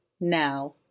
Now